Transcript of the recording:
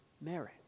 marriage